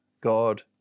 God